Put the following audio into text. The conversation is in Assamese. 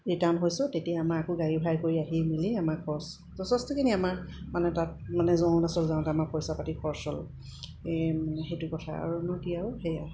ৰিটাৰ্ণ হৈছোঁ তেতিয়া আমাৰ আকৌ গাড়ী ভাড়া কৰি আহি মেলি আমাৰ খৰচ যথেষ্টখিনি আমাৰ মানে তাত মানে যওঁতে আৰুণাচল যাওঁতে আমাৰ পইচা পাতি খৰচ হ'ল এই মানে সেইটো কথা আৰুনো কি আৰু সেয়াই